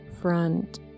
front